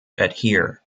adhere